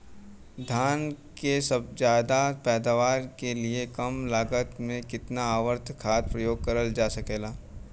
धान क ज्यादा पैदावार के लिए कम लागत में कितना उर्वरक खाद प्रयोग करल जा सकेला?